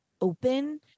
open